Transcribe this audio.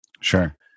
Sure